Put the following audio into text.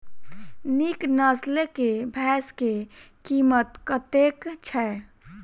नीक नस्ल केँ भैंस केँ कीमत कतेक छै?